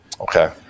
Okay